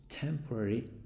temporary